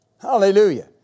Hallelujah